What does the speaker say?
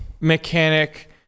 mechanic